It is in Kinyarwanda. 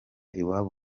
iwabo